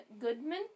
Goodman